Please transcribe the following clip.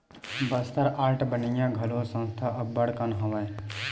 Bastar art बनइया घलो संस्था अब्बड़ कन हवय